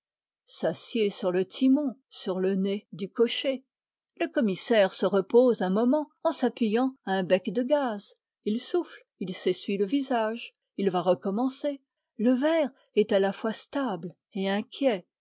s'assied sur le timon sur le nez du cocher le commissaire se repose un moment en s'appuyant à un bec de gaz il souffle il s'essuie le visage il va recommencer le vers est à la fois stable et inquiet